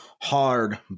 hard